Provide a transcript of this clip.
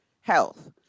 health